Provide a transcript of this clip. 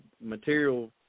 material